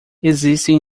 existem